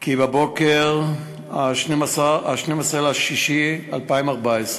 כי בבוקר 12 ביוני 2014,